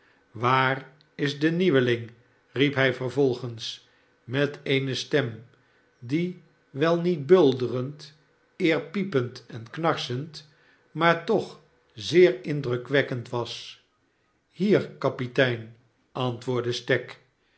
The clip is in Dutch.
waar is de nieuweling riep hij vervolgens met eene stem die wel niet bulderend eer piepend en knarsend maar toch zeer indrukwekkend was hier kapitein antwoordde stagg